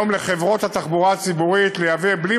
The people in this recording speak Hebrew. לחברות התחבורה הציבורית לייבא בלי